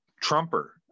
trumper